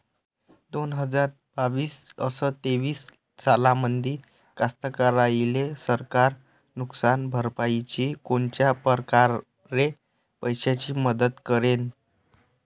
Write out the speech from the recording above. दोन हजार बावीस अस तेवीस सालामंदी कास्तकाराइले सरकार नुकसान भरपाईची कोनच्या परकारे पैशाची मदत करेन?